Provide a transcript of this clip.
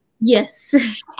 Yes